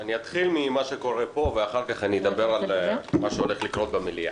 אני אתחיל ממה שקורה פה ואחר כך אני אדבר על מה שהולך לקרות במליאה.